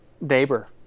neighbor